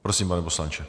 Prosím, pane poslanče.